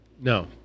no